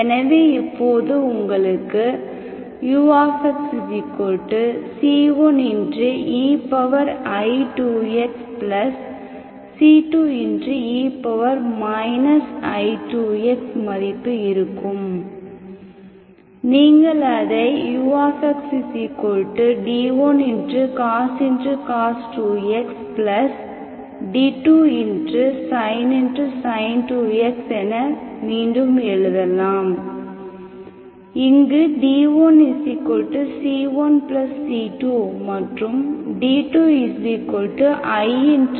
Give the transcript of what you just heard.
எனவே இப்போது உங்களுக்கு uxc1ei2xc2e i2x மதிப்பு இருக்கும் நீங்கள் அதை uxd1cos 2x d2sin 2x என மீண்டும் எழுதலாம் இங்கு d1c1c2 மற்றும் d2 i